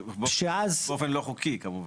באופן לא חוקי, כמובן.